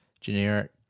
generic